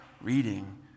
reading